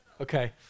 Okay